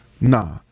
Nah